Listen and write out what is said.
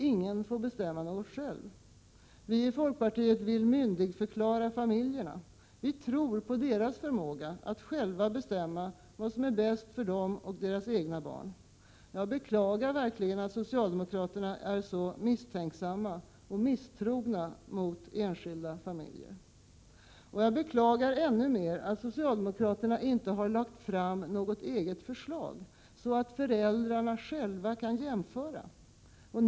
Ingen får bestämma något själv. Vi i folkpartiet vill myndigförklara familjerna. Vi tror på deras förmåga att själva bestämma vad som är bäst för dem och deras egna barn. Jag beklagar att socialdemokraterna är så misstänksamma och misstrogna mot de enskilda familjerna. Jag beklagar ännu mer att socialdemokraterna inte lagt fram något eget förslag, så att föräldrarna själva kan jämföra.